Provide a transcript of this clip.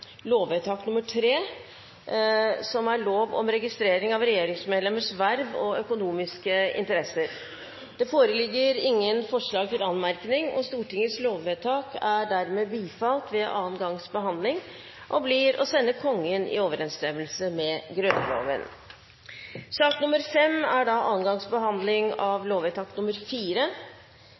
lovvedtak er dermed bifalt ved annen gangs behandling og blir å sende Kongen i overensstemmelse med Grunnloven. Dermed er